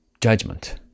judgment